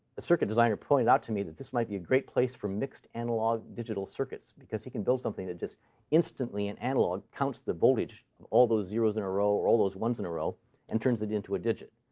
a circuit designer pointed out to me that this might be a great place for mixed analog-digital circuits because he can build something that just instantly, in analog, counts the voltage um all those zeros in a row or all those ones in a row and turns it into a digit.